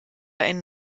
ein